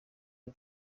n’u